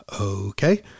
okay